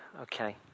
Okay